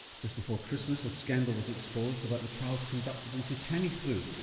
just before christmas a scandal was exposed about the trials conducted into tamiflu,